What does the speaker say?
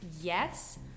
yes